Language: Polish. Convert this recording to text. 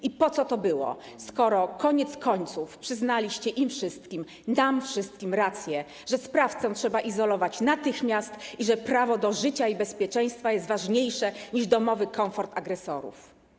I po co to było, skoro koniec końców przyznaliście im wszystkim, nam wszystkim rację, że sprawcę trzeba natychmiast izolować i że prawo do życia i bezpieczeństwa jest ważniejsze niż domowy komfort agresorów?